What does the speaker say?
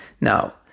Now